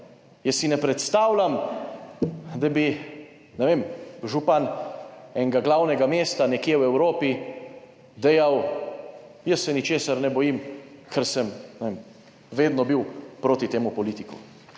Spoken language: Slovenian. Jaz si ne predstavljam, da bi, ne vem, župan enega glavnega mesta nekje v Evropi dejal, jaz se ničesar ne bojim, ker sem, ne vem, vedno bil proti temu politiku.